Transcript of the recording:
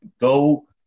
go